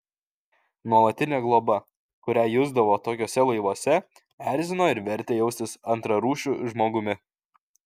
nuolatinė globa kurią jusdavo tokiuose laivuose erzino ir vertė jaustis antrarūšiu žmogumi